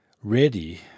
ready